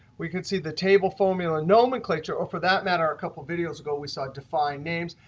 we could see the table formula nomenclature, or for that matter, a couple of videos ago we saw define names.